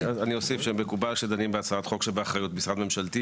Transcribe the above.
אני אוסיף שמקובל שדנים בהצעת חוק שבאחריות משרד ממשלתי